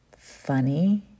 funny